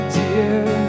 dear